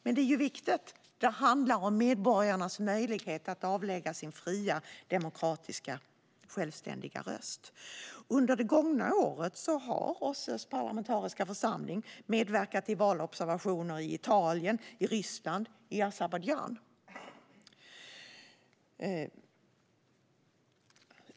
Men det är ju viktigt, för det handlar om medborgarnas möjlighet att avlägga sin fria demokratiska självständiga röst. Under det gångna året har OSSE:s parlamentariska församling medverkat i valobservationer i Italien, Ryssland och Azerbajdzjan.